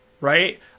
right